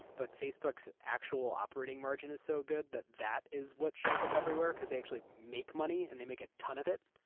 but facebookaeurs actual operating margin is so good, that that is what shows up everywhere, because they actually make money and they make a ton of it.